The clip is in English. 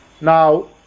Now